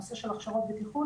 הנושא של הכשרות בטיחות,